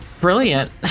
brilliant